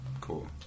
cool